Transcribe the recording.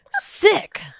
Sick